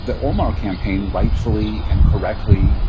the obama campaign, rightfully and correctly,